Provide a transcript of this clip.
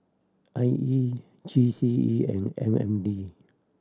I E G C E and M N D